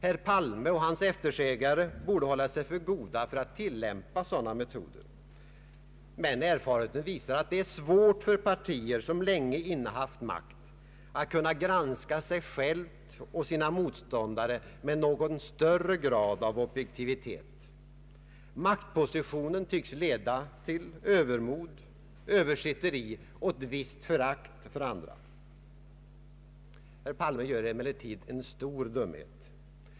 Herr Palme och hans eftersägare borde hålla sig för goda för att tillämpa sådana metoder. Men erfarenheterna visar att det är svårt för partier som länge innehaft makt att kunna granska sig själva och sina motståndare med någon större grad av objektivitet. Maktpositionen tycks leda till övermod, översitteri och ett visst förakt för andra. Herr Palme gör emellertid en stor dumhet.